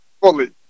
fully